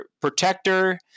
Protector